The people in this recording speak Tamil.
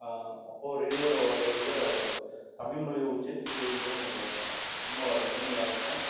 அப்போது ரேடியோவில் வாசிக்கும் போது தமிழ்மொழி உச்சரிச்சு கேட்கும்போது நம்மளை ரொம்ப இனிமையாக இருக்கும்